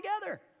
together